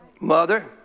mother